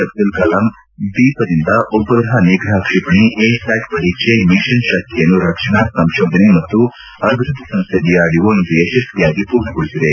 ಅಬ್ದುಲ್ ಕಲಂ ದ್ವೀಪದಿಂದ ಉಪಗ್ರಹ ನಿಗ್ರಹ ಕ್ಷಿಪಣಿ ಎ ಸ್ಕಾಟ್ ಪರೀಕ್ಷೆ ಮಿಷನ್ ಶಕ್ತಿಯನ್ನು ರಕ್ಷಣಾ ಸಂಶೋಧನೆ ಮತ್ತು ಅಭಿವ್ದದ್ಲಿ ಸಂಸ್ಥ ಡಿಆರ್ಡಿಒ ಇಂದು ಯಶಸ್ತಿಯಾಗಿ ಪೂರ್ಣಗೊಳಿಸಿದೆ